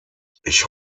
ich